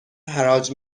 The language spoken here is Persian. حراج